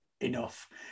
enough